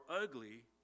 ugly